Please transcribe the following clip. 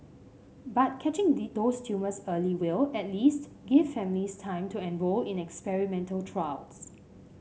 but catching those tumours early will at least give families time to enrol in experimental trials